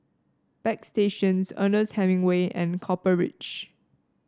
Bagstationz Ernest Hemingway and Copper Ridge